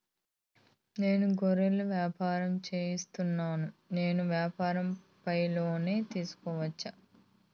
నేను గొర్రెలు వ్యాపారం సేస్తున్నాను, నేను వ్యాపారం పైన లోను తీసుకోవచ్చా?